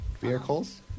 vehicles